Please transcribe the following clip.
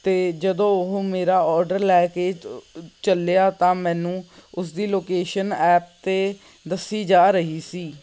ਅਤੇ ਜਦੋਂ ਉਹ ਮੇਰਾ ਔਡਰ ਲੈ ਕੇ ਚੱਲਿਆ ਤਾਂ ਮੈਨੂੰ ਉਸ ਦੀ ਲੋਕੇਸ਼ਨ ਐਪ 'ਤੇ ਦੱਸੀ ਜਾ ਰਹੀ ਸੀ